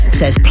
says